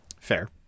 Fair